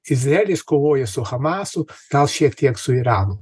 izraelis kovoja su hamasu gal šiek tiek su iranu